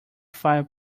five